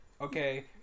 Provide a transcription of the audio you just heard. Okay